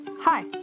Hi